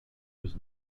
was